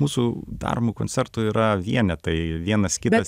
mūsų daromų koncertų yra vienetai vienas kitas tik